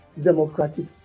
Democratic